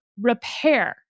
repair